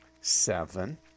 seven